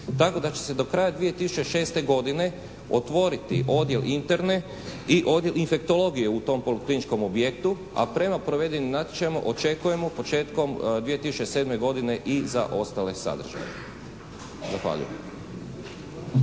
Tako da će se do kraja 2006. godine otvoriti Odjel interne i Odjel infektologije u tom polikliničkom objektu, a prema provedenim natječajima očekujemo početkom 2007. godine i za ostale sadržaje. Zahvaljujem.